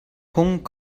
punkt